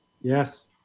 Yes